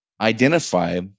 identify